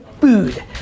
food